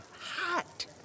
hot